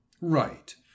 Right